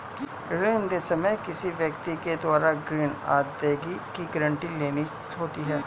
ऋण लेते समय किसी व्यक्ति के द्वारा ग्रीन अदायगी की गारंटी लेनी होती है